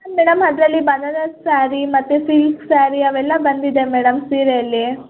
ಹಾಂ ಮೇಡಮ್ ಅದರಲ್ಲಿ ಬನಾರಸ್ ಸ್ಯಾರಿ ಮತ್ತೆ ಸಿಲ್ಕ್ ಸ್ಯಾರಿ ಅವೆಲ್ಲ ಬಂದಿದೆ ಮೇಡಮ್ ಸೀರೆಯಲ್ಲಿ